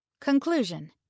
CONCLUSION